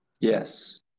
Yes